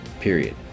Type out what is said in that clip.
period